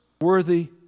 worthy